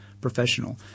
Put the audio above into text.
professional